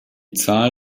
zahl